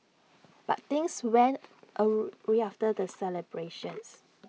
but things went awry after the celebrations